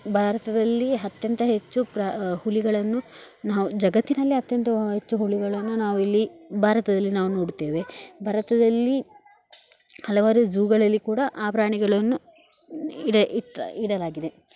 ಭಾರತದಲ್ಲಿಯೇ ಅತ್ಯಂತ ಹೆಚ್ಚು ಪ್ರ ಹುಲಿಗಳನ್ನು ನಾವು ಜಗತ್ತಿನಲ್ಲೇ ಅತ್ಯಂತ ಹೆಚ್ಚು ಹುಲಿಗಳನ್ನು ನಾವು ಇಲ್ಲಿ ಭಾರತದಲ್ಲಿ ನಾವು ನೋಡುತ್ತೇವೆ ಭಾರತದಲ್ಲಿ ಹಲವಾರು ಝೂಗಳಲ್ಲಿ ಕೂಡ ಆ ಪ್ರಾಣಿಗಳನ್ನು ಇದೆ ಇಡ ಇಡಲಾಗಿದೆ